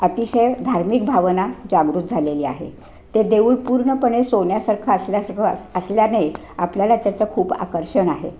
अतिशय धार्मिक भावना जागृत झालेली आहे ते देऊळ पूर्णपणे सोन्यासारखं असल्यासरवात असल्याने आपल्याला त्याचं खूप आकर्षण आहे